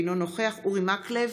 אינו נוכח אורי מקלב,